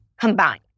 combined